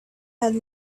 had